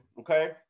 Okay